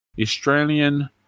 Australian